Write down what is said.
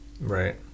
Right